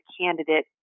candidate